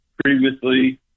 previously